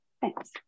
Thanks